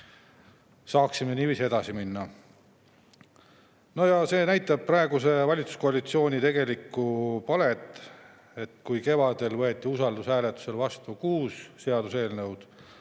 saaksime niiviisi edasi minna. No ja see näitab praeguse valitsuskoalitsiooni tegelikku palet. Kui kevadel võeti usaldushääletusel vastu kuus seaduseelnõu,